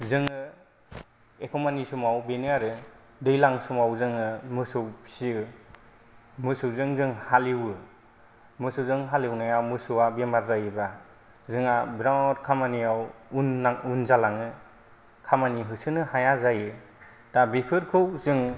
जोङो एखमबानि समाव बेनो आरो दैलां समाव जोङो मोसौ फिसियो मोसौजों जों हालेवो मोसौजों हालेवनायाव मोसौआ बेमार जायोब्ला जोंहा बेराद खामानियाव उन जालाङो खामानि होसोनो हाया जायो दा बेफोरखौ जों